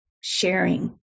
sharing